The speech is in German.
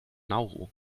nauru